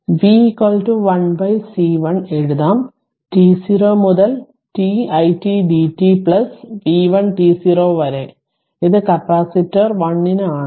ഞാൻ ഇത് മായ്ക്കട്ടെ v 1 C1 എഴുതാം t0 മുതൽ t i t dt v1 t0 വരെ ഇത് കപ്പാസിറ്റർ 1 നു ആണ്